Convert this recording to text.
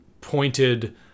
pointed